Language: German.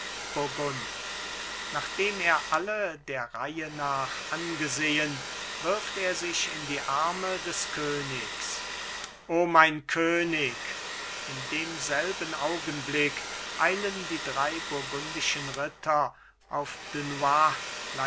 nachdem er alle der reihe nach angesehen wirft er sich in die arme des königs o mein könig in demselben augenblick eilen die drei burgundischen ritter auf